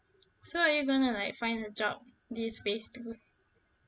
so are you going to like find a job this phase two